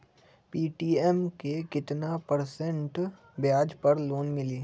Paytm मे केतना percent ब्याज पर लोन मिली?